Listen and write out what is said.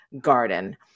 garden